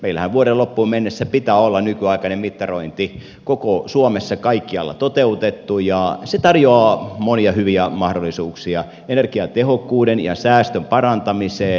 meillähän vuoden loppuun mennessä pitää olla nykyaikainen mittarointi koko suomessa kaikkialla toteutettu ja se tarjoaa monia hyviä mahdollisuuksia energiatehokkuuden ja säästön parantamiseen